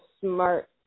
smart